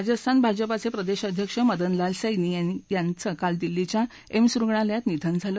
राजस्थान भाजपाचे प्रदेश अध्यक्ष मदनलाल सत्ती यांचं काल दिल्लीच्या एम्स रुग्णालयात निधन झालं